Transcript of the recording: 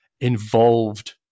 involved